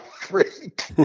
freak